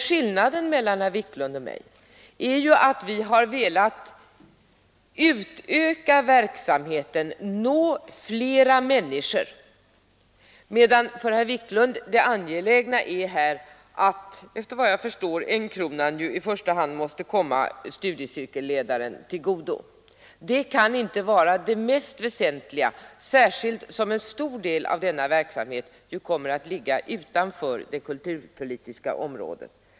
Skillnaden mellan herr Wiklund och mig är att vi har velat utöka verksamheten och nå fler människor, medan det angelägna för herr Wiklund tycks vara att denna krona kommer studiecirkelledaren tillgodo. Det kan inte vara det mest väsentliga, särskilt som en stor del av denna verksamhet kommer att ligga utanför det kulturpolitiska området.